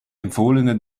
empfohlene